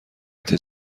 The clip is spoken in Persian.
قطعه